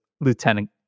Lieutenant